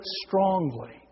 strongly